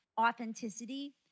authenticity